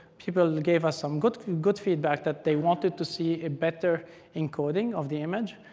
people gave us some good good feedback that they wanted to see a better encoding of the image.